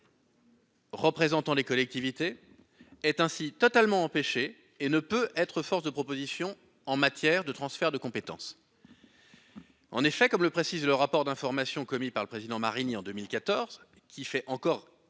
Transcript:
Représentant les collectivités est ainsi totalement empêché et ne peut être force de propositions en matière de transferts de compétences. En effet, comme le précise le rapport d'information commis par le président Marigny en 2014 qui fait encore